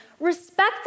Respect